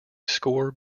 score